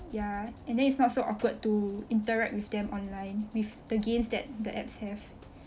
ya and then it's not so awkward to interact with them online with the games that the apps have